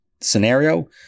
scenario